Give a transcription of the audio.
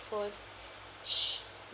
headphones